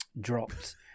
dropped